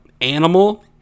animal